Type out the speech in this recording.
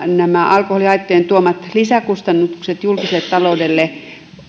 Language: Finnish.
nämä alkoholihaittojen tuomat lisäkustannukset julkiselle taloudelle